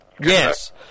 Yes